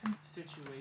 situation